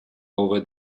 over